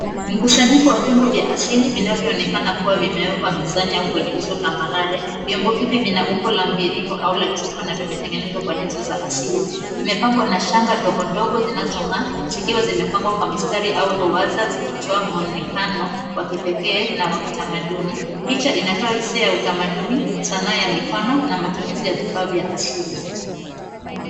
Mkusanyiko wa vyombo vya asili vinavyoonekana kuwa vimewekwa mezani au kwenye uso tambarare. Vyombo hivi vina umbo la mviringo au la chupa na vimetengezwa kwa nyenzo za asili. Vimepangwa na shanga ndogo ndogo zinazong'aa zikiwa zimepangwa kwa mistari au ruwaza zikitoa mwonekano wa kipekee na wa kitamaduni. Picha inatoa hisia ya utamaduni, sanaa ya mikono na matumizi ya vifaa vya asili.